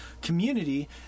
community